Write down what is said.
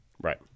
Right